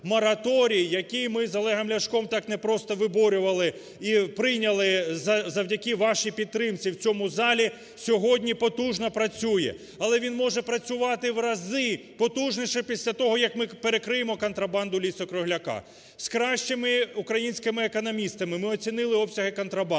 який ми з Олегом Ляшком так не просто виборювали і прийняли завдяки вашій підтримці в цьому залі, сьогодні потужно працює. Але він може працювати в рази потужніше після того, як ми перекриємо контрабанду лісу-кругляка. З кращими українськими економістами ми оцінили обсяги контрабанди.